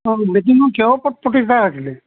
অঁ মিটিংখন কিহৰ ওপৰত প্ৰতিষ্ঠা আছিলে